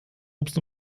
obst